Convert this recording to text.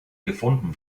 gefunden